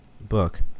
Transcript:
book